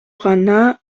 гана